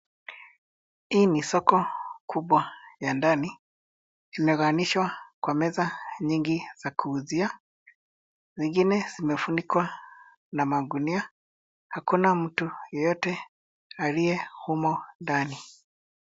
Hii ni soko kubwa ya ndani imegawanyishwa na meza nyingi za kuuzia zingine zimefunikwa na magunia hakuna mtu yeyote aliye humo ndani